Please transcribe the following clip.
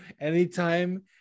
anytime